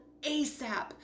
ASAP